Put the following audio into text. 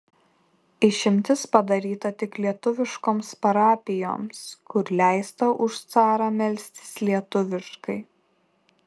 išimtis padaryta tik lietuviškoms parapijoms kur leista už carą melstis lietuviškai